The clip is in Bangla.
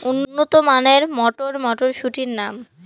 উন্নত মানের মটর মটরশুটির নাম?